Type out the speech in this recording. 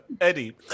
Eddie